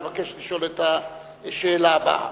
מבקש לשאול את השאלה הבאה: